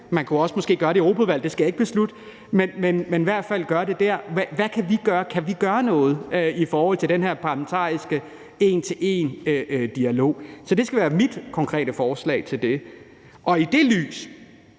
Man kunne måske også gøre det i Europaudvalget, det skal jeg ikke beslutte, men i hvert fald gøre det. Hvad kan vi gøre? Kan vi gøre noget i forhold til den her parlamentariske en til en-dialog? Så det skal være mit konkrete forslag til det. Og i det lys